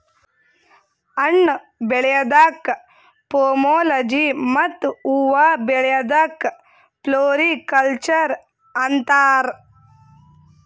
ಹಣ್ಣ್ ಬೆಳ್ಯಾದಕ್ಕ್ ಪೋಮೊಲೊಜಿ ಮತ್ತ್ ಹೂವಾ ಬೆಳ್ಯಾದಕ್ಕ್ ಫ್ಲೋರಿಕಲ್ಚರ್ ಅಂತಾರ್